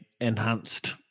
enhanced